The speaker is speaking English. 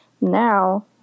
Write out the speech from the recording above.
Now